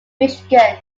michigan